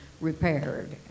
repaired